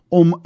om